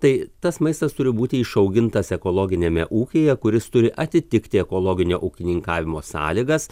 tai tas maistas turi būti išaugintas ekologiniame ūkyje kuris turi atitikti ekologinio ūkininkavimo sąlygas